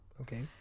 Okay